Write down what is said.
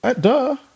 Duh